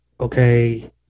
okay